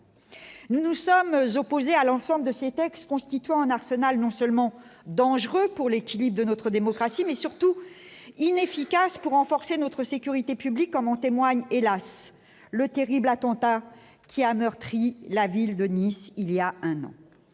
nous nous sommes opposés à l'ensemble de ces textes constituant un arsenal non seulement dangereuse pour l'équilibre de notre démocratie, mais surtout inefficace pour en forcer notre sécurité publique comme on témoigne hélas le terrible attentat qui a meurtri la ville de Nice il y a un an,